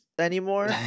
anymore